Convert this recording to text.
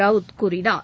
ரவ்த் கூறினார்